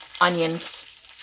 onions